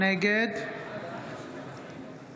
נגד